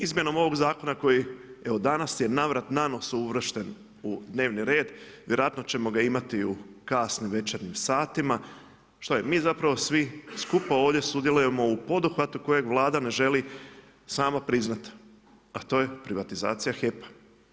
Izmjenom ovom zakona koji evo danas, je … uvršten u dnevni redi, vjerojatno ćemo ga imati u kasnim večernjim sati, što je mi zapravo svi skupa ovdje sudjelujemo u poduhvatu, kojeg Vlada ne želi sama priznati, a to je privatizacija HEP-a.